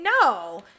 No